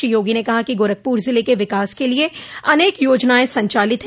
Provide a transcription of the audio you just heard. श्री योगी ने कहा कि गोरखपुर ज़िले के विकास के लिये अनेक योजनाएं संचालित है